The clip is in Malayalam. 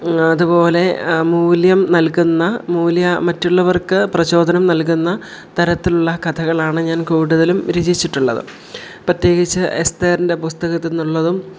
അതുപോലെ മൂല്യം നൽകുന്ന മൂല്യ മറ്റുള്ളവർക്ക് പ്രചോദനം നൽകുന്ന തരത്തിലുള്ള കഥകളാണ് ഞാൻ കൂടുതലും രചിച്ചിട്ടുള്ളത് പ്രത്യേകിച്ച് എസ്തറിൻ്റെ പുസ്തകത്തിൽ നിന്നുള്ളതും